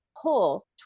pull